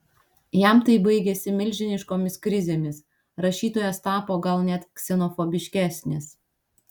jam tai baigėsi milžiniškomis krizėmis rašytojas tapo gal net ksenofobiškesnis